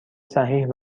صحیح